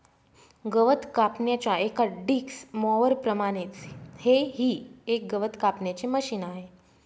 गवत कापण्याच्या एका डिक्स मॉवर प्रमाणेच हे ही एक गवत कापण्याचे मशिन आहे